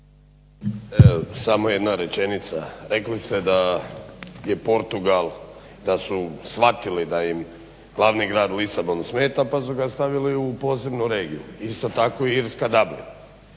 samo jedna rečenica. Rekli ste da je Portugal, da su shvatili da im glavni grad Lisabon smeta, pa su ga stavili u posebnu regiju. Isto tako i Irska – Dublin.